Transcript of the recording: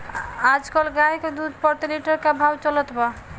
आज कल गाय के दूध प्रति लीटर का भाव चलत बा?